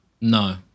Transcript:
no